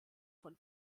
von